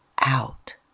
out